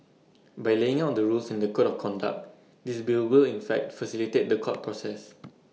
by laying out the rules and the code of conduct this bill will in fact facilitate The Court process